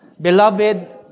Beloved